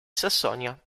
sassonia